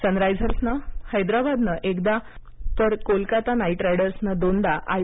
Sunrisers हैदराबादने एकदा तर कोलकाता नाईट रायडर्सनं दोनदा आय